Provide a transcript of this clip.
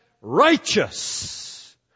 righteous